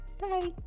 Bye